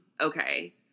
Okay